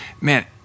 man